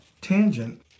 tangent